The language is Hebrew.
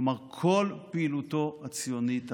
כלומר, כל פעילותו הציונית הענפה: